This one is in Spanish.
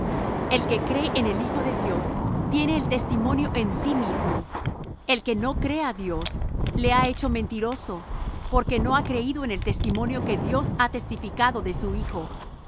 el que cree en el hijo de dios tiene el testimonio en sí mismo el que no cree á dios le ha hecho mentiroso porque no ha creído en el testimonio que dios ha testificado de su hijo